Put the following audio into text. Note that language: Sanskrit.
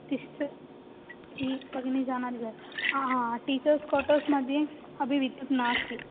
तिष्ट इति भगिनी जानाति वा आ हा टीचर्स् क्वार्टर्स्मध्ये अपि विद्युत् नास्ति